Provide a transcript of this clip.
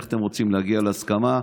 איך אתם רוצים להגיע להסכמה,